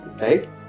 Right